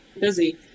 busy